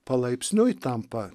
palaipsniui tampa